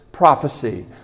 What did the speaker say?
prophecy